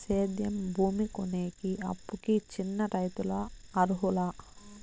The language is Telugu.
సేద్యం భూమి కొనేకి, అప్పుకి చిన్న రైతులు అర్హులా?